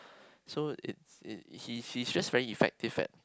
so it's it~ he's just very effective at